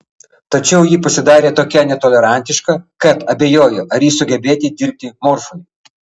tačiau ji pasidarė tokia netolerantiška kad abejoju ar ji sugebėtų dirbti morfui